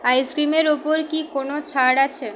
আইসক্রিমের ওপর কি কোনও ছাড় আছে